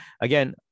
again